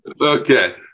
Okay